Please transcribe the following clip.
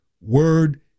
word